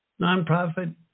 nonprofit